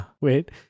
wait